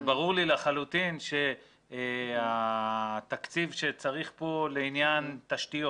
זה ברור לי לחלוטין שהתקציב שצריך פה לעניין תשתיות